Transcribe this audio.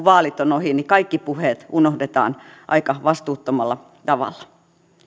vaalit ovat ohi kaikki puheet unohdetaan aika vastuuttomalla tavalla